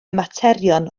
materion